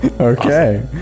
Okay